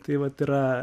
tai vat yra